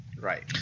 Right